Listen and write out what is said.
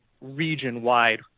region-wide